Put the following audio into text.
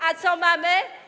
A co mamy?